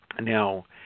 Now